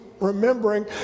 remembering